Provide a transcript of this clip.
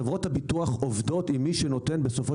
חברות הביטוח עובדות עם מי שנותן בסופו